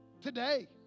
today